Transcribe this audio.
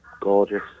Gorgeous